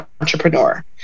entrepreneur